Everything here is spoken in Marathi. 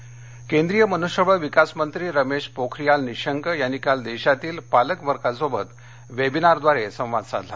निशंक केंद्रीय मनुष्यबळ विकास मंत्री रमेश पोखारीयाल निशंक यांनी काल देशातील पालकवर्गाशी वेबिनारद्वारे संवाद साधला